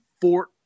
Fort